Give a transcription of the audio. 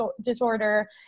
disorder